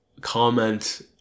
Comment